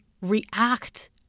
react